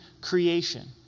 creation